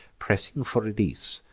pressing for release,